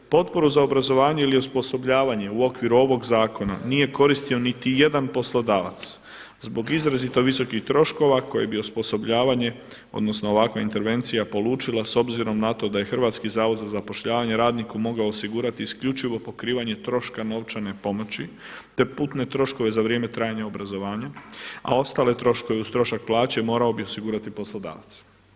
Potporu za obrazovanje ili osposobljavanje u okviru ovog zakona nije koristio niti jedan poslodavac zbog izrazito visokih troškova koje bi osposobljavanje, odnosno ovakva intervencija polučila s obzirom na to da je Hrvatski zavod za zapošljavanje radniku mogao osigurati isključivo pokrivanje troška novčane pomoći, te putne troškove za vrijeme trajanja obrazovanja, a ostale troškove uz trošak plaće morao bi osigurati poslodavac.